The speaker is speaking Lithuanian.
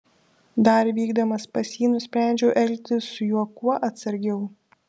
dar vykdamas pas jį nusprendžiau elgtis su juo kuo atsargiau